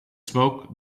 smoke